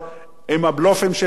עם הבלופים שלהם,